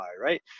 right